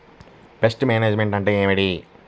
Pest management అంటే ఏమిటి?